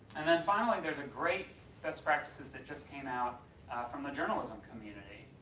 and then finally there's a great best practices that just came out from the journalism community,